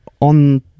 On